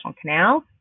canal